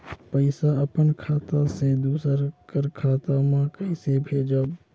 पइसा अपन खाता से दूसर कर खाता म कइसे भेजब?